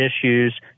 issues